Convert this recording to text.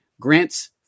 grants